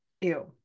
Ew